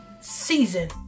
season